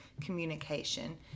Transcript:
communication